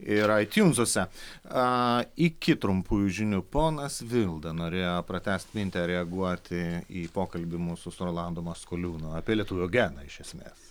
ir aitiunsuose a iki trumpųjų žinių ponas vilda norėjo pratęsti mintį ar reaguoti į pokalbį mūsų su rolandu maskoliūnu apie lietuvio geną iš esmės